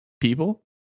people